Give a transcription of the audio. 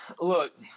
Look